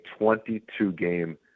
22-game